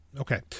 okay